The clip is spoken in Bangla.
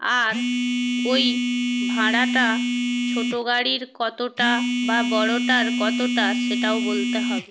আর ওই ভাঁড়াটা ছোটো গাড়ির কতটা বা বড়োটার কতটা সেটাও বলতে হবে